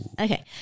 Okay